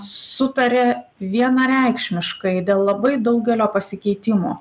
sutarė vienareikšmiškai dėl labai daugelio pasikeitimų